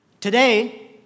Today